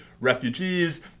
refugees